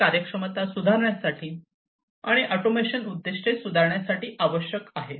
ची कार्यक्षमता सुधारण्यासाठी आणि ऑटोमेशन उद्दीष्टे सुधारण्यासाठी आवश्यक आहे